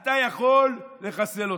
אתה יכול לחסל אותם.